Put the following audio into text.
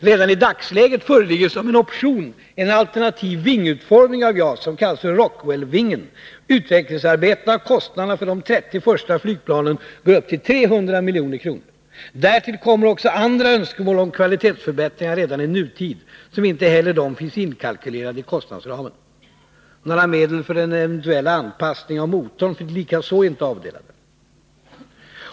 Redan i dagens läge föreligger som en option en alternativ vingutformning för JAS som kallas Rockwellvingen. Utvecklingsarbetet och kostnaderna för de 30-40 första flygplanen går på 300 milj.kr. Därtill kommer också andra önskemål om kvalitetsförbättringar redan i nutiden som inte heller de finns inkalkylerade i kostnadsramen. Några medel för en eventuell anpassning av motorn finns inte heller avdelade.